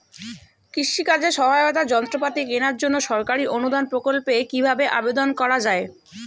কৃষি কাজে সহায়তার যন্ত্রপাতি কেনার জন্য সরকারি অনুদান প্রকল্পে কীভাবে আবেদন করা য়ায়?